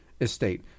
estate